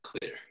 clear